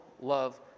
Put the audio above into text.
love